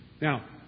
Now